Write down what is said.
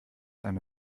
eine